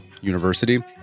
University